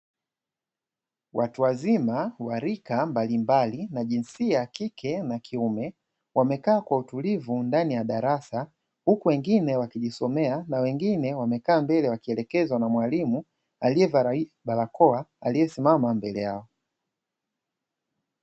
Watu wazima wa rika mbalimbali na jinsia ya (kike na kiume) wamekaa kwa utulivu ndani ya darasa, huku wengine wakijisomea na wengine wamekaa mbele wakielekezwa na Mwalimu, aliyevaa barakoa aliyesimama mbele yao.